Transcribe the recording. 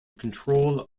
control